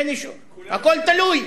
אין אישור, הכול תלוי.